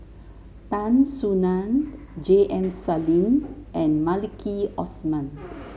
Tan Soo Nan J M Sali and Maliki Osman